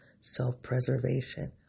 self-preservation